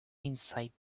insight